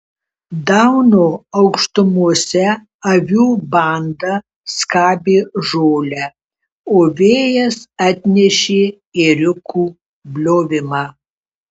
dauno aukštumose avių banda skabė žolę o vėjas atnešė ėriukų bliovimą